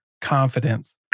confidence